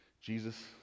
Jesus